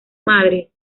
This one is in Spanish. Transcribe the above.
madres